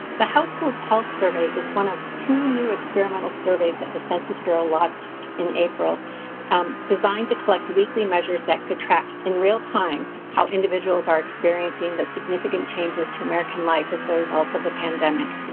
the household pulse survey is one of two new experimental surveys that the census bureau launched in april designed to collect weekly measures that could track in real-time how individuals are experiencing the significant changes to american life as the result of the pandemic.